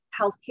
healthcare